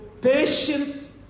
patience